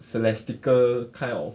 celestial kind of